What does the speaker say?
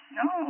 no